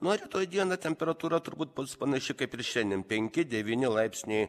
na o rytoj dieną temperatūra turbūt bus panaši kaip ir šiandien penki devyni laipsniai